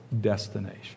destination